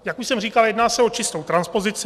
Jak už jsem říkal, jedná se o čistou transpozici.